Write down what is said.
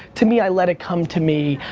to me, i let it come to me.